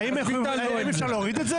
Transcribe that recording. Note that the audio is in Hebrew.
לא,